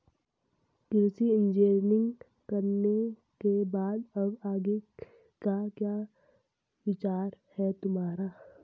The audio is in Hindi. कृषि इंजीनियरिंग करने के बाद अब आगे का क्या विचार है तुम्हारा?